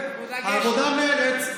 העבודה-גשר.